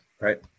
right